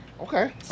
Okay